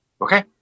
Okay